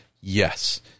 Yes